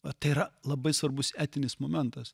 o tai yra labai svarbus etinis momentas